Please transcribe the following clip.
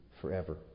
forever